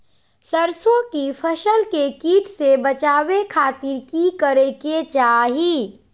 सरसों की फसल के कीट से बचावे खातिर की करे के चाही?